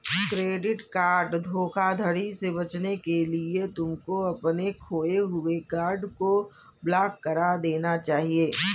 credit card धोखाधड़ी से बचने के लिए तुमको अपने खोए हुए कार्ड को ब्लॉक करा देना चाहिए